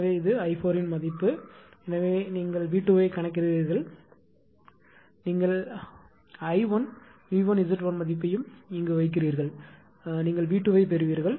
எனவே இது i4 இன் மதிப்பு எனவே நீங்கள் V2 ஐக் கணக்கிடுகிறீர்கள் நீங்கள் அனைத்து I1 V1 Z1 மதிப்பு ஐயும் வைக்கிறீர்கள் நீங்கள் V2 ஐப் பெறுவீர்கள்